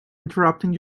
interrupting